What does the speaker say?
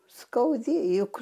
skaudi juk